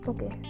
Okay